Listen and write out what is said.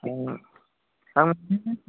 आं